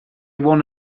won